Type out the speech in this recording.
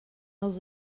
els